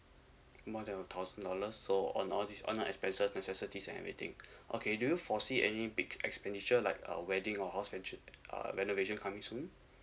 more than a thousand dollars so on all these online expenses necessities and anything okay do you foresee any big expenditure like uh wedding or house uh renovation coming soon